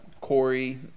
Corey